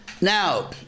Now